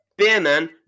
Beerman